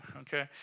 Okay